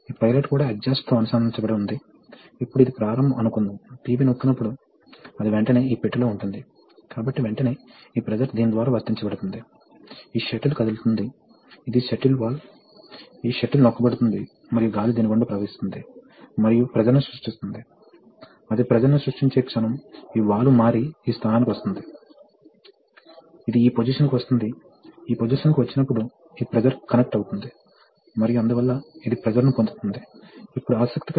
కాబట్టి ఏమి జరుగుతుందంటే మనకు అధిక పంపు ప్రెషర్ అవసరమయ్యేటప్పుడు అదే ఫోర్స్ తో లోడ్ ను నడపాలనుకుంటే రిజనరేటివ్ సర్క్యూట్లో మనకు అధిక ప్రెషర్ అవసరం కాబట్టి ప్రాథమికంగా మనము ప్రవాహంతో ప్రెషర్ ని ట్రేడింగ్ చేస్తున్నాము అంటే మేము ఒక నిర్దిష్ట వేగాన్ని సాధించడానికి నెమ్మదిగా ప్రవాహం రేటు ఉన్న పంపును ఉపయోగించవచ్చు